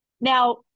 Now